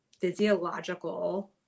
physiological